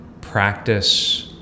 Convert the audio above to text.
practice